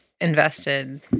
invested